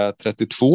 32